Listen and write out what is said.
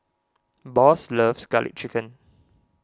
Boss loves Garlic Chicken